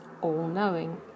all-knowing